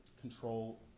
control